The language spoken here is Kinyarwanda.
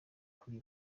kuri